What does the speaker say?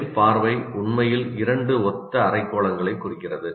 மேல் பார்வை உண்மையில் இரண்டு ஒத்த அரைக்கோளங்களைக் குறிக்கிறது